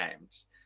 games